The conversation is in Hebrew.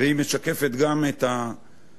והיא משקפת גם את המדיניות